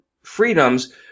freedoms